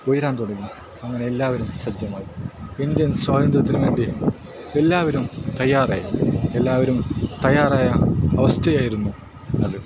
ഉയരാൻ തുടങ്ങി അങ്ങനെ എല്ലാവരും സജ്ജമായി ഇന്ത്യൻ സ്വാതന്ത്ര്യത്തിന് വേണ്ടി എല്ലാവരും തയ്യാറായി എല്ലാവരും തയ്യാറായാണ് അവസ്ഥയായിരുന്നു അത്